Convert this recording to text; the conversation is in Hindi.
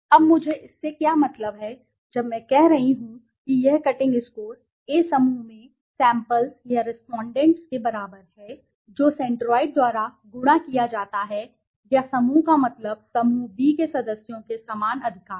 अब मुझे इससे क्या मतलब है जब मैं कह रहा हूं कि यह कटिंग स्कोर A समूह में सैम्पल्स या रेस्पॉन्डेंट के बराबर है जो सेंट्रोइड द्वारा गुणा किया जाता है या समूह का मतलब समूह बी के सदस्यों के समान अधिकार है